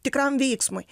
tikram veiksmui